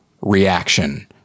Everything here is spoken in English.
reaction